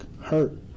hurt